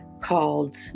called